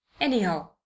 anyhow